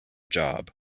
job